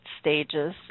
stages